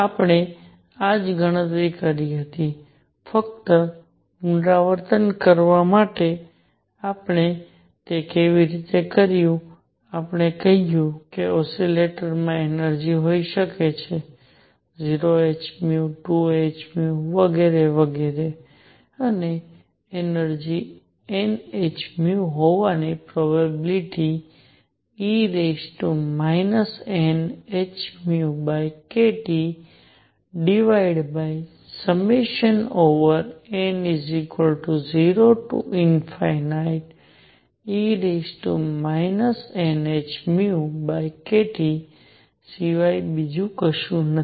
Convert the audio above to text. આપણે આ જ ગણતરી કરી હતી ફક્ત પુનરાવર્તન કરવા માટે આપણે તે કેવી રીતે કર્યું આપણે કહ્યું કે ઓસિલેટરમાં એનર્જિ હોઈ શકે છે 0 h 2 h વગેરે વગેરે અને એનર્જિ n h હોવાની પ્રોબેબીલીટી e nhνkTn0e nhνkT સિવાય બીજું કશું નથી